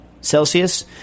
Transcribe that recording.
Celsius